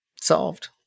Solved